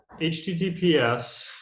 HTTPS